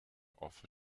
offer